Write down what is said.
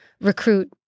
recruit